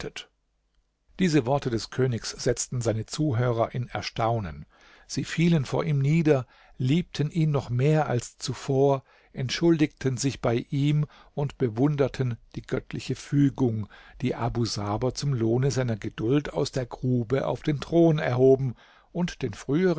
diese worte des königs setzten seine zuhörer in erstaunen sie fielen vor ihm nieder liebten ihn noch mehr als zuvor entschuldigten sich bei ihm und bewunderten die göttliche fügung die abu saber zum lohne seiner geduld aus der grube auf den thron erhoben und den früheren